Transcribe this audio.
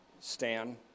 Stan